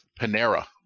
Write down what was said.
Panera